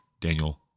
Daniel